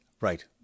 Right